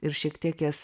ir šiek tiek jas